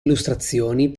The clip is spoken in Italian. illustrazioni